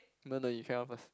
no no you carry on first